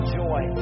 joy